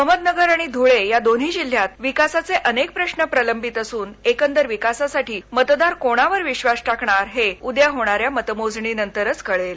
अहमदनगर आणि धुळे या दोन्ही जिल्ह्यात विकासाचे अनेक प्रश्न प्रलंबित असून एकंदर विकासासाठी मतदार कोणावर विश्वास टाकणार हे उद्या होणाऱ्या मतमोजणीनंतरच कळेल